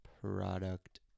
product